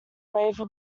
wave